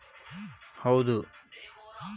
ಸಾವಯುವ ಕೃಷಿ ಮಾಡಿದರೆ ಉತ್ತಮ ಇಳುವರಿ ಬರುತ್ತದೆಯೇ?